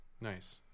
Nice